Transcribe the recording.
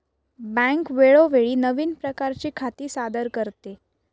bank वेळोवेळी नवीन प्रकारची खाती सादर करते